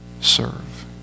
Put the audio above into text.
serve